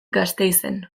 gasteizen